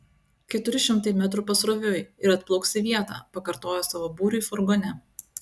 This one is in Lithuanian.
keturi šimtai metrų pasroviui ir atplauks į vietą pakartojo savo būriui furgone